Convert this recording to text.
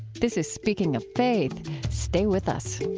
this is speaking of faith stay with us